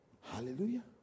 Hallelujah